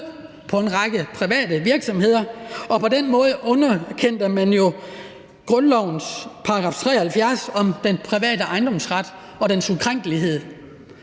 på en række private virksomheder. Og på den måde underkendte man jo grundlovens § 73 om den private ejendomsret og dens ukrænkelighed.